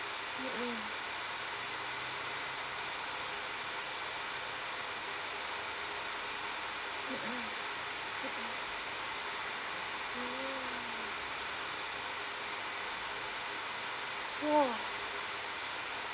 !wah!